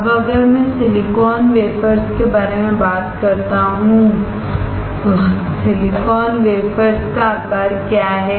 अब अगर मैं सिलिकॉन वेफर्सके बारे में बात करता हूं तो सिलिकॉन वेफर्स का आकार क्या है